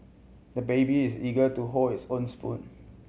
the baby is eager to hold his own spoon